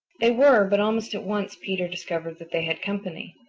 they were, but almost at once peter discovered that they had company.